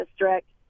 district